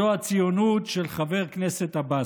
זו הציונות של חבר כנסת עבאס.